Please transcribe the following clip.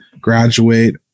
graduate